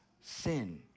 sin